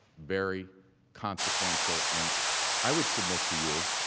very consequential and i would submit to you,